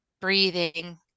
breathing